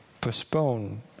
postpone